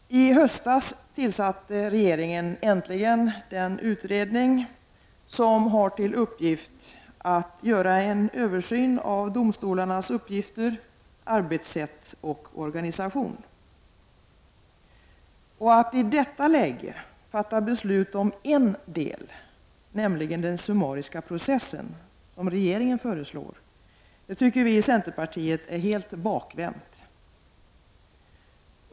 I höstas tillsatte regeringen äntligen den utredning som har till uppgift att göra en översyn av domstolarnas uppgifter, arbetssätt och organisation. Att i detta läge fatta beslut om en del, nämligen den summariska processen, som regeringen föreslår, tycker vi i centerpartiet är helt bakvänt.